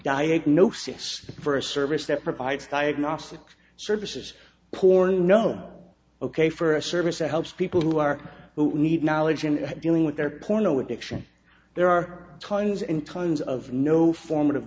diagnosis for a service that provides diagnostic services porno ok for a service that helps people who are who need knowledge and dealing with their porno addiction there are tons and tons of no form